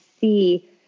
see